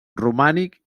romànic